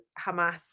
Hamas